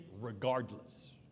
regardless